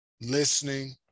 listening